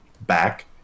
back